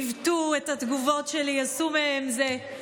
עיוותו את התגובות שלי, עשו מהן זה.